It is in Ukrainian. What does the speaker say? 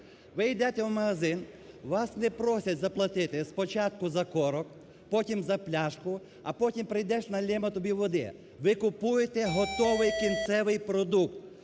Ви йдете в магазин, вас не просять заплатити спочатку за короб, потім за пляшку, а потім прийдеш, наллємо тобі води. Ви купуєте готовий кінцевий продукт.